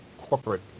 corporate